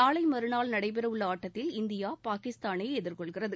நாளை மறுநாள் நடைபெறவுள்ள ஆட்டத்தில் இந்தியா பாகிஸ்தானை எதிர்கொள்கிறது